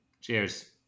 Cheers